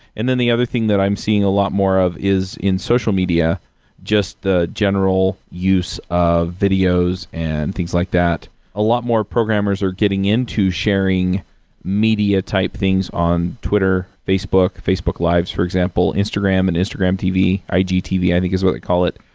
and then the other thing that i'm seeing a lot more of is in social media just the general use of videos and things like that. a lot more programmers are getting into sharing media type things on twitter, facebook, facebook lives, for example, instagram and instagram tv. igtv i think is what we call it.